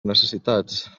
necessitats